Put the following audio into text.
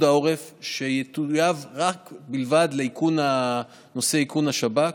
העורף שיטויב אך ורק לאיכון נושא איכון השב"כ.